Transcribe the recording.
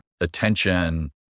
attention